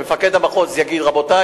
שמפקד המחוז יגיד: רבותי,